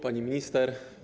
Pani Minister!